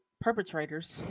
perpetrators